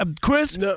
Chris